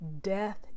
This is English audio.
death